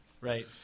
Right